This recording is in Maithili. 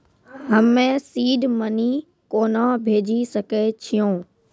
हम्मे सीड मनी कोना भेजी सकै छिओंन